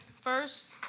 First